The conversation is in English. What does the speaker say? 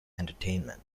entertainment